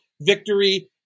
victory